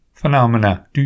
phenomena